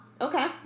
okay